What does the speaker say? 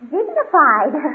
Dignified